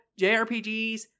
jrpgs